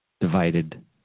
divided